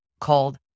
called